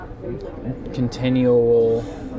continual